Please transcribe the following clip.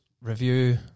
Review